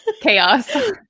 Chaos